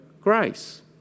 grace